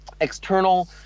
external